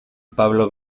pablo